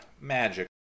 magic